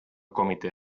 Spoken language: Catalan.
comitè